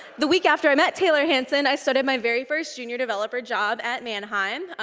the week after i met taylor hanson, i started my very first junior developer job at manheim.